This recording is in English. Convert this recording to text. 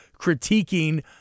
critiquing